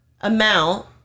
amount